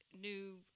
new